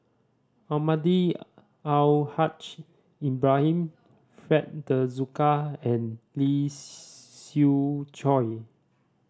Almahdi Al Haj Ibrahim Fred De Souza and Lee Siew Choh